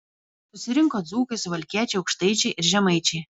susirinko dzūkai suvalkiečiai aukštaičiai ir žemaičiai